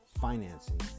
financing